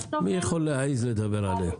התוכן --- מי יכול להעז לדבר עליהם?